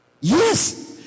Yes